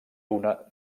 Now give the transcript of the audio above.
una